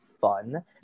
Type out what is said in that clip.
fun